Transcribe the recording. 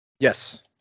Yes